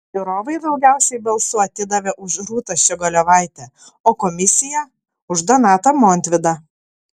žiūrovai daugiausiai balsų atidavė už rūtą ščiogolevaitę o komisija už donatą montvydą